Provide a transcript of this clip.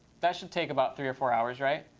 that should take about three or four hours, right?